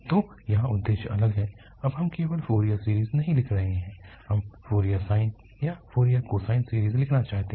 तो यहाँ उद्देश्य अलग है अब हम केवल फोरियर सीरीज़ नहीं लिख रहे हैं हम फोरियर साइन या फोरियर कोसाइन सीरीज़ लिखना चाहते हैं